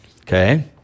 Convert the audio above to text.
Okay